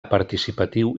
participatiu